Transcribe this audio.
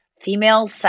female